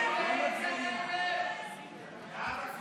הצבעה מס'